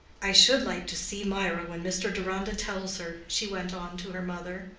i should like to see mirah when mr. deronda tells her, she went on to her mother.